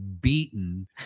beaten